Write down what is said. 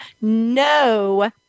no